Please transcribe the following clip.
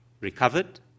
recovered